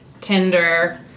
tinder